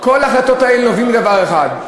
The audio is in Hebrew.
כל ההחלטות האלה נובעות מדבר אחד,